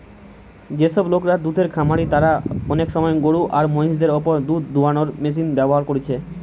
যেসব লোকরা দুধের খামারি তারা অনেক সময় গরু আর মহিষ দের উপর দুধ দুয়ানার মেশিন ব্যাভার কোরছে